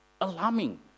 Alarming